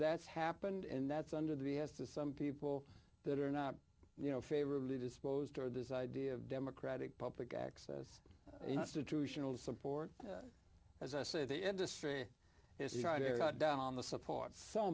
that's happened in that's under to be has to some people that are not you know favorably disposed toward this idea of democratic public access institutional support as i say the industry is trying to cut down on the support so